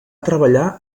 treballar